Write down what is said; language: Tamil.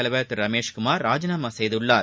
தலைவர் திரு ரமேஷ்குமார் ராஜினாமா செய்துள்ளார்